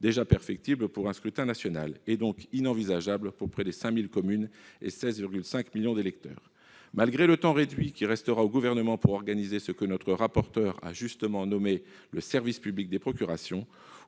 déjà perfectible pour un scrutin national. C'est inenvisageable pour près de 5 000 communes et 16,5 millions d'électeurs. Malgré le temps réduit qui restera au Gouvernement pour organiser ce que le président de la commission a justement nommé le « service public des procurations »,